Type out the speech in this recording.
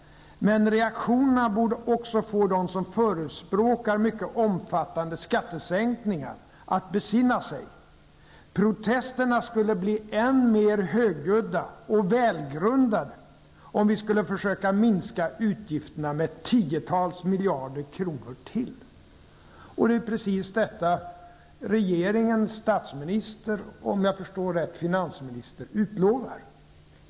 Men reaktionerna borde få också dem som förespråkar mycket omfattande skattesänkningar att besinna sig. Protesterna skulle bli än mer högljudda, och välgrundade, om vi försökte minska utgifterna med tiotals miljarder kronor till.'' Det är precis detta som regeringen, statsministern och, om jag förstår det rätt, finansministern utlovar.